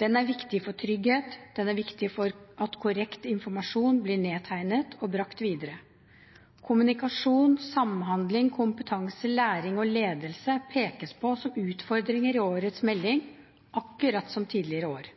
Den er viktig for trygghet, den er viktig for at korrekt informasjon blir nedtegnet og brakt videre. Kommunikasjon, samhandling, kompetanse, læring og ledelse pekes på som utfordringer i årets melding, akkurat som tidligere år.